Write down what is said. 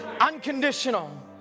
unconditional